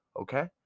okay